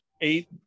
eight